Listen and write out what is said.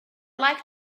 like